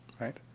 right